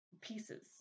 pieces